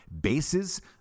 bases